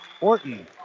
Orton